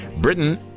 Britain